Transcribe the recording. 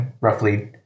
roughly